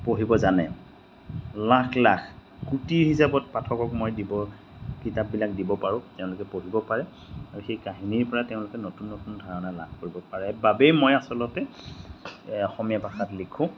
পঢ়িব জানে লাখ লাখ কোটিৰ হিচাপত পাঠকক মই দিব কিতাপবিলাক দিব পাৰোঁ তেওঁলোকে পঢ়িব পাৰে আৰু সেই কাহিনীৰপৰা তেওঁলোকে নতুন নতুন ধৰণে লাভ কৰিব পাৰে বাবেই মই আচলতে অসমীয়া ভাষাত লিখোঁ